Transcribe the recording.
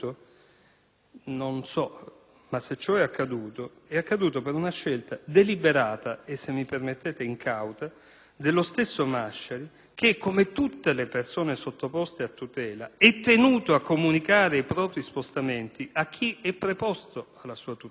protezione, ma se ciò è accaduto - non lo so - è avvenuto per una scelta deliberata e, se mi permettete, incauta dello stesso Masciari che, come tutte le persone sottoposte a tutela, è tenuto a comunicare i propri spostamenti a chi è preposto alla sua tutela.